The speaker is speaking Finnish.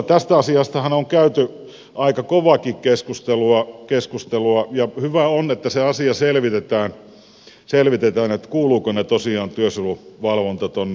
tästä asiastahan on käyty aika kovaakin keskustelua ja hyvä on että se asia selvitetään kuuluuko tosiaan työsuojeluvalvonta aluehallintovirastoon vai ei